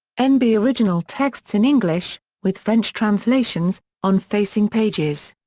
n b. original texts in english, with french translations, on facing pages.